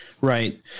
Right